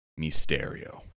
Mysterio